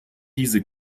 diese